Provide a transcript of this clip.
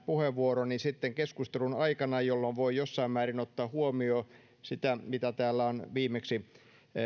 puheenvuoroni sitten keskustelun aikana jolloin voi jossain määrin ottaa huomioon sitä mitä täällä on viimeksi